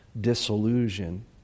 disillusion